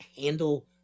handle